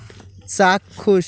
চাক্ষুষ